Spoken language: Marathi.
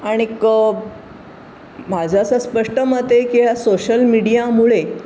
आणि क माझं असं स्पष्ट मत आहे की या सोशल मीडियामुळे